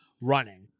running